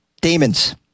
Demons